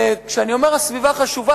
כשאני אומר שהסביבה חשובה,